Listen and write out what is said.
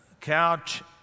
couch